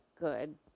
good